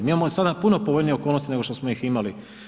Mi imamo sada puno povoljnije okolnosti nego što smo ih imali.